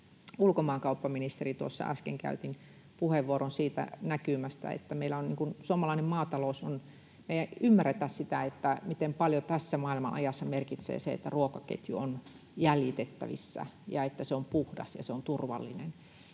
ulkomaankauppaministeri, ja tuossa äsken käytin puheenvuoron siitä suomalaisen maatalouden näkymästä — ei ymmärretä sitä, miten paljon tässä maailmanajassa merkitsee se, että ruokaketju on jäljitettävissä ja että se on puhdas ja se on turvallinen.